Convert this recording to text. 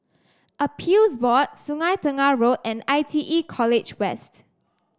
Appeals Board Sungei Tengah Road and I T E College West